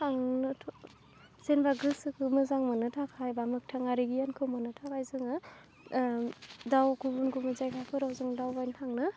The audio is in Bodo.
थांनोथ' जेनबा गोसोखौ मोजां मोननो थाखाय बा मोगथाङारि गियानखौ मोननो थाखाय जोङो दाव गुबुन गुबुन जायगाफोराव जों दावबायनो थांनो